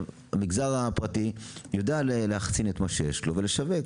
המגזר הפרטי, יודע להחצין את מה שיש לו ולשווק,